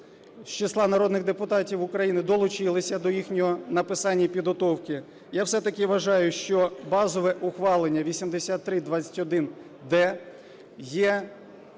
з числа народних депутатів України долучилися до їхнього написання і підготовки, я все-таки вважаю, що базове ухвалення 8321-д є